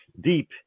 deep